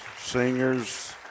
singers